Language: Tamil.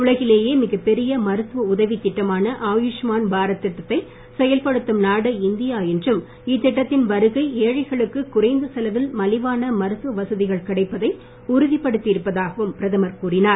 உலகிலேயே மிகப்பெரிய மருத்துவ உதவி திட்டமான ஆயுஷ்மான் பாரத் திட்டத்தை செயல்படுத்தும் நாடு இந்தியா என்றும் இத்திட்டத்தின் வருகை ஏழைகளுக்கு குறைந்த செலவில் மலிவான மருத்துவ வசதிகள் கிடைப்பதை உறுதிப்படுத்தி இருப்பதாகவும் பிரதமர் கூறினார்